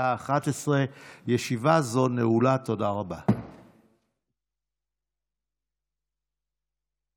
תודה רבה לסגנית מזכירת הכנסת.